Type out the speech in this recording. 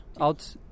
out